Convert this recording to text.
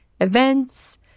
events